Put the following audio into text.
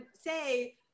say